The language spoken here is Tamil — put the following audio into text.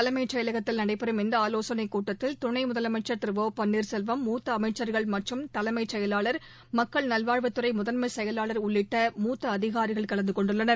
தலைமைச் செயலகத்தில் நடைபெறும் இந்தஆலோசனைக் கூட்டத்தில் துணைமுதலமைச்ச் திரு ஒ பன்னீர்செல்வம் மற்றும் தலைமைச் செயலாளர் மூத்தஅமைச்சா்கள் மக்கள் நல்வாழ்வுத்துறைமுதன்மைசெயலாளர் உள்ளிட்ட மூத்தஅதிகாரிகள் கலந்துகொண்டுள்ளனர்